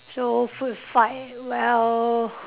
so food fight well